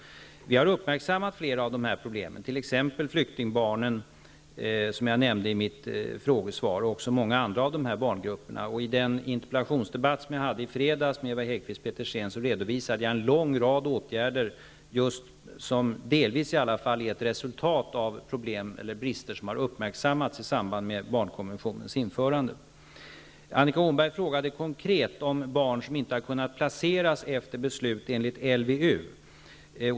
Vi har uppmärksammat flera av de här problemen, t.ex. flyktingbarnen, som jag nämnde i mitt frågesvar, och också många andra grupper av barn. I den interpellationsdebatt jag hade i fredags med Ewa Hedkvist Petersen redovisade jag en lång rad åtgärder som i alla fall delvis är ett resultat av att problem och brister har uppmärksammats i samband med barnkonventionens införande. Annika Åhnberg frågade konkret om barn som inte har kunnat placeras efter beslut enligt LVU.